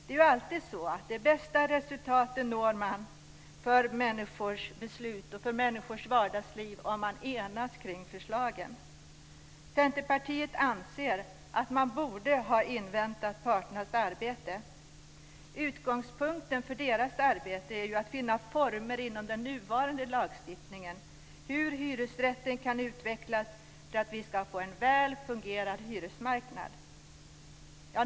Man når alltid de bästa resultaten för människors beslut och för människors vardagsliv om man enas kring förslagen. Centerpartiet anser att man borde ha inväntat parternas arbete. Utgångspunkten för deras arbete är ju att finna former inom den nuvarande lagstiftningen när det gäller hur hyresrätten kan utvecklas för att vi ska få en väl fungerande hyresmarknad.